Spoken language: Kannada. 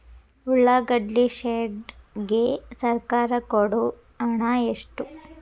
ಉಳ್ಳಾಗಡ್ಡಿ ಶೆಡ್ ಗೆ ಸರ್ಕಾರ ಕೊಡು ಹಣ ಎಷ್ಟು?